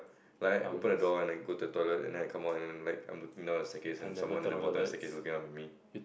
like I open the door and then go to the toilet and then come out and like I'm looking down the staircase and someone at the bottom is looking up at me